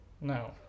No